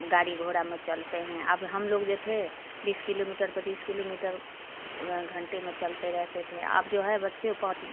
गाड़ी घोड़ा में चलते हैं अब हम लोग जो थे बीस किलोमीटर पच्चीस किलोमीटर घंटे में चलते रहते थे अब जो है बच्चे पाँच